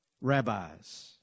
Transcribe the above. rabbis